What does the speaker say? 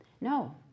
No